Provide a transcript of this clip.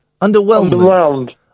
Underwhelmed